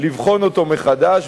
לבחון אותו מחדש,